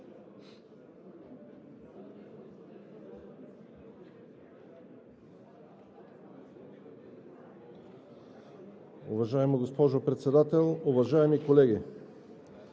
Уважаема госпожо Председател, уважаеми дами